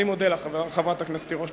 אני מודה לך, חברת הכנסת תירוש.